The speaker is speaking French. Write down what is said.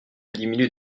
diminuent